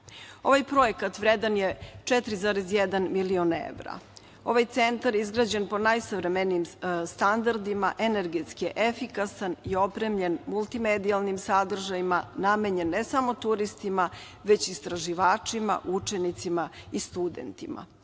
Ovaj projekat vredan je 4,1 milion evra. Ovaj centar je izgrađen po najsavremenijim standardima, energetski je efikasan i opremljen multimedijalnim sadržajima, namenjen ne samo turistima, već istraživačima, učenicima i studentima.